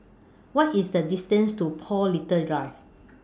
What IS The distance to Paul Little Drive